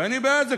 ואני בעד זה.